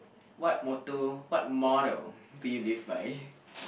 what motto what motto do you live by